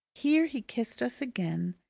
here he kissed us again,